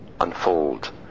Unfold